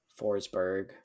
Forsberg